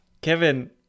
kevin